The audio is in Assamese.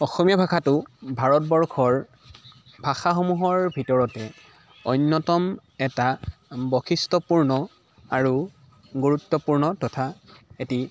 অসমীয়া ভাষাটো ভাৰতবৰ্ষৰ ভাষাসমূহৰ ভিতৰতে অন্যতম এটা বৈশিষ্ট্য়পূৰ্ণ আৰু গুৰুত্বপূৰ্ণ তথা এটি